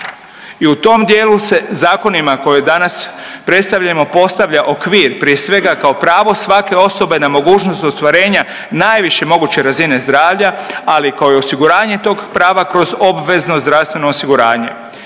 I u tom dijelu se zakonima koje danas predstavljamo postavlja okvir prije svega kao pravo svake osobe na mogućnost ostvarenja najviše moguće razine zdravlja, ali i kao osiguranje tog prava kroz obvezno zdravstveno osiguranje.